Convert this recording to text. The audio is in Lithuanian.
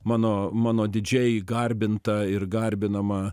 mano mano didžiai garbintą ir garbinamą